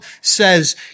says